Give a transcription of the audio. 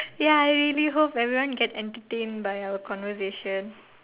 ya I really hope everyone get entertained by our conversation